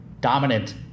dominant